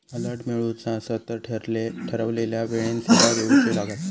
alert मिळवुचा असात तर ठरवलेल्या वेळेन सेवा घेउची लागात